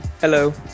Hello